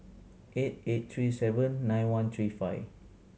eight eight three seven nine one three five